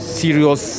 serious